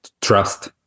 trust